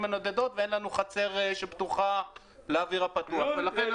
הנודדות ואין לנו חצר פתוחה לאוויר הפתוח.